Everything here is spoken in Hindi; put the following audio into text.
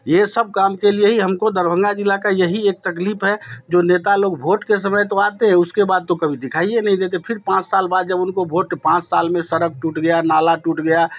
ये सब काम के लिए ही हम को दरभंगा ज़िले की यही एक तकलीफ़ है जो नेता लोग भोट के समय तो आते हैं उसके बाद तो कभी दिखाई ही नहीं देते फिर पाँच साल बाद जब उनको वोट पाँच साल में सड़क टूट गया नाला टूट गया